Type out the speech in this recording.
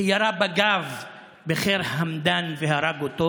שירה בגב של ח'יר חמדאן והרג אותו?